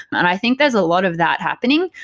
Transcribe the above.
i think there's a lot of that happening.